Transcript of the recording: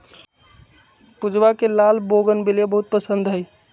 पूजवा के लाल बोगनवेलिया बहुत पसंद हई